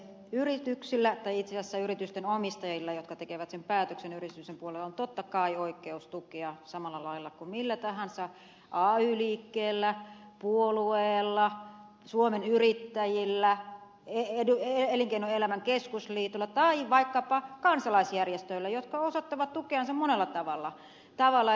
yrityksillä tai itse asiassa yritysten omistajilla jotka tekevät sen päätöksen yrityksen puolella on totta kai oikeus tukea samalla lailla kuin millä tahansa ay liikkeellä puolueella suomen yrittäjillä elinkeinoelämän keskusliitolla tai vaikkapa kansalaisjärjestöillä jotka osoittavat tukeansa monella tavalla